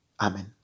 Amen